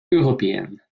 européennes